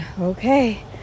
okay